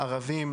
ערבים,